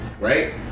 right